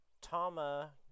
Tama